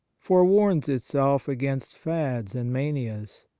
forewarns itself against fads and manias,